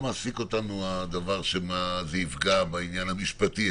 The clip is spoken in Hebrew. מעסיק אותנו במה זה יפגע בעניין המשפטי,